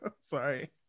Sorry